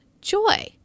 joy